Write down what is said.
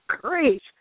Great